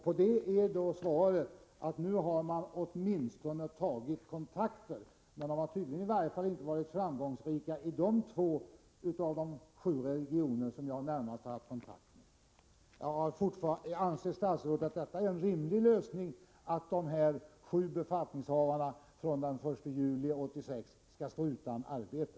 På de frågorna är svaret att man nu åtminstone har tagit kontakter. De har tydligen inte varit framgångsrika i de två av de sju regionerna som jag närmast har haft kontakt med. Anser statsrådet att det är en rimlig lösning att dessa sju befattningshavare från den 1 juli 1986 skall stå utan arbete?